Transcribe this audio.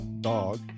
dog